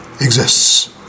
exists